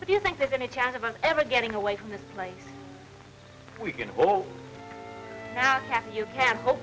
but do you think there's any chance of ever getting away from this place we can all ask you can